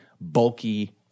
bulky